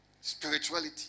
spirituality